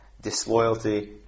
disloyalty